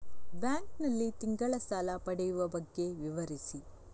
Bank ನಲ್ಲಿ ತಿಂಗಳ ಸಾಲ ಪಡೆಯುವ ಬಗ್ಗೆ ವಿವರಿಸಿ?